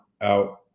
out